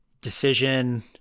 Decision